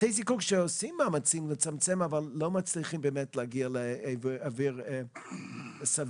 בתי זיקוק שעושים מאמצים לצמצם אבל לא מצליחים להגיע לאוויר סביר.